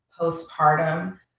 postpartum